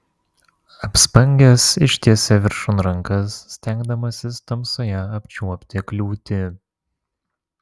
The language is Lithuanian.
apspangęs ištiesė viršun rankas stengdamasis tamsoje apčiuopti kliūtį